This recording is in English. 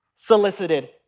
Solicited